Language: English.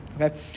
Okay